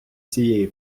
цієї